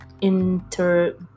inter